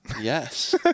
Yes